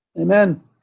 Amen